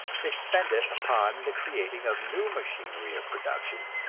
they spend it upon the creating of new machinery of production,